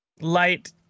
light